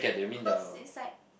cause it's like